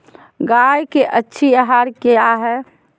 गाय के अच्छी आहार किया है?